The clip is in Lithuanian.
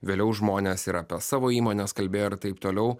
vėliau žmonės ir apie savo įmones kalbėjo ir taip toliau